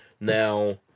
Now